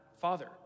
father